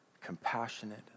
compassionate